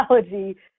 technology